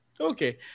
Okay